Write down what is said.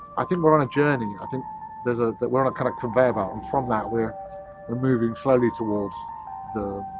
i think we're on a journey, i think there's a, that we're on a kind of conveyor belt, and from that we're, we're moving slowly towards the,